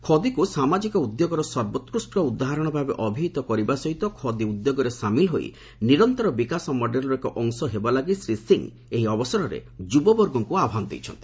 ଖଦୀକୁ ସାମାଜିକ ଉଦ୍ୟୋଗର ସର୍ବୋକୃଷ୍ଟ ଉଦାହରଣ ଭାବେ ଅଭିହିତ କରିବା ସହିତ ଖଦୀ ଉଦ୍ୟୋଗରେ ସାମିଲ ହୋଇ ନିରନ୍ତର ବିକାଶ ମଡେଲ୍ର ଏକ ଅଂଶ ହେବା ଲାଗି ଶ୍ରୀ ସିଂ ଏହି ଅବସରରେ ଯୁବବର୍ଗଙ୍କୁ ଆହ୍ପାନ ଦେଇଛନ୍ତି